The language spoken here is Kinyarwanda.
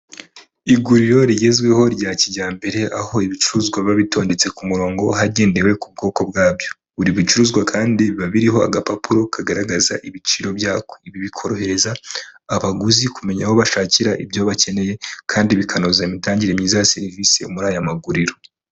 Iguriro rigezweho rya kijyambere aho ibicuruzwa biba bitondetse ku murongo hagendewe ku bwoko bwabyo, buri bicuruzwa kandi biba biriho agapapuro kagaragaza ibiciro byako; ibi bikorohereza abaguzi kumenya aho bashakira ibyo bakeneye, kandi bikanoza imitangire myiza ya serivisi muri aya maguriro.